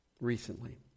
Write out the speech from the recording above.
recently